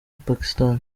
pakistan